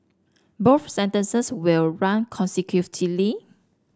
both sentences will run consecutively